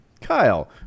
Kyle